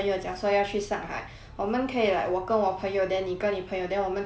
我们可以 like 我跟我朋友 then 你跟你朋友 then 我们可以 meet 几天出去